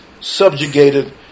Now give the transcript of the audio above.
subjugated